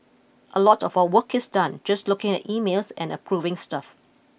a lot of our work is done just looking at emails and approving stuff